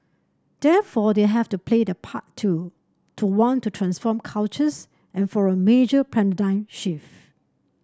therefore they have to play their part too to want to transform cultures and for a major shift